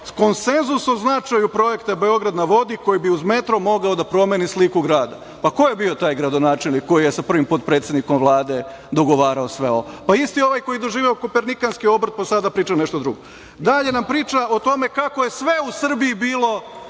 konsenzus o značaju projekta „Beograd na vodi“, koji bi uz metro mogao da promeni sliku grada. Pa ko je bio taj gradonačelnik koji je sa prvim potpredsednikom Vlade dogovarao sve ovo? Pa isti ovaj koji je doživeo kopernikanski obrt, pa sada priča nešto drugo. Dalje nam priča o tome kako je sve u Srbiji